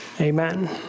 Amen